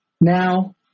Now